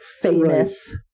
famous